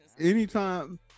anytime